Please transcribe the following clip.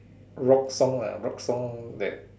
rock song lah rock song that